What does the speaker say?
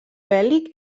bèl·lic